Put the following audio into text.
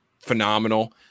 phenomenal